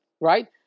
right